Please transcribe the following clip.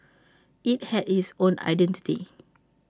IT had its own identity